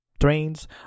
trains